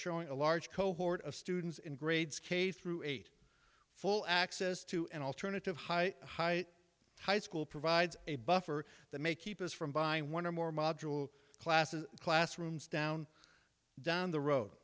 showing a large cohort of students in grades k through eight full access to an alternative high high high school provides a buffer that may keep us from buying one or more module classes classrooms down down the road